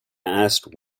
asked